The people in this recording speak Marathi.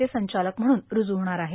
चे संचालक म्हणून रुज् होणार आहे